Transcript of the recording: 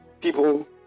people